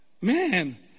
Man